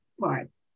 parts